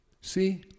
See